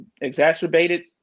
exacerbated